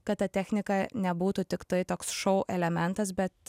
kad ta technika nebūtų tiktai toks šou elementas bet